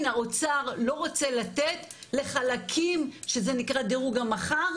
האוצר לא רוצה לתת לחלקים שזה נקרא דירוג המחר.